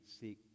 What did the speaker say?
seek